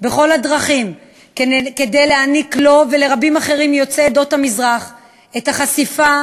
בכל הדרכים כדי להעניק לו ולרבים אחרים מיוצאי עדות המזרח את החשיפה